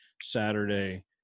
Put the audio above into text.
Saturday